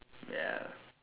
ya